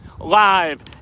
Live